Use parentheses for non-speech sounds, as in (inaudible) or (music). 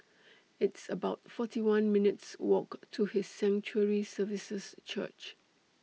(noise) It's about forty one minutes' Walk to His Sanctuary Services Church